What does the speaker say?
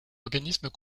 organismes